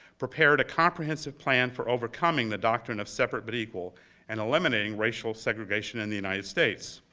prepared a comprehensive plan for overcoming the doctrine of separate but equal and eliminating racial segregation in the united states.